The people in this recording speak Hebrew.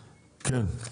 כן.